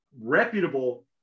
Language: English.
reputable